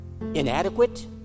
inadequate